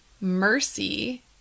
mercy